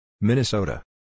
Minnesota